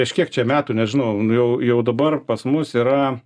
prieš kiek čia metų nežinau jau jau dabar pas mus yra